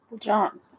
John